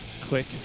Click